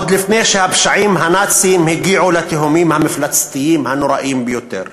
עוד לפני שהפשעים הנאציים הגיעו לתהומות המפלצתיות הנוראות ביותר.